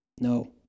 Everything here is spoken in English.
no